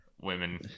Women